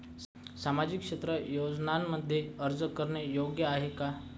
सामाजिक क्षेत्र योजनांमध्ये अर्ज करणे योग्य आहे का?